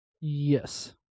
Yes